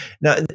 Now